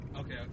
okay